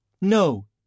No